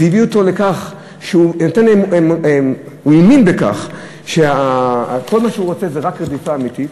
זה הביא אותו לכך שהוא האמין בכך שכל מה שהוא רוצה זה רק רדיפה אמיתית.